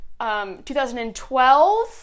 2012